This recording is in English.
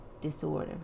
disorder